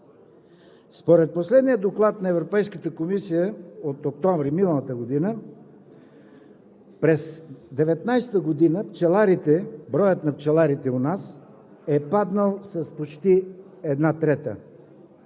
Според последния доклад на Европейската комисия от месец октомври миналата година през 2019 г. броят на пчеларите у нас е паднал с почти една трета,